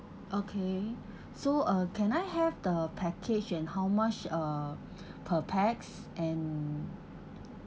okay so uh can I have the package and how much uh per pax and